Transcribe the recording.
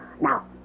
Now